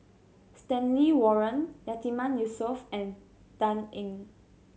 Stanley Warren Yatiman Yusof and Dan Ying